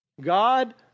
God